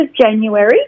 January